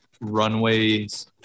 runways